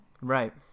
Right